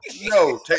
No